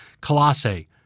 Colossae